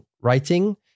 writing